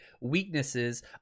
weaknesses